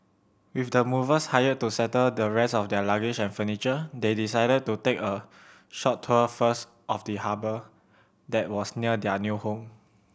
with the movers hired to settle the rest of their luggage and furniture they decided to take a short tour first of the harbour that was near their new home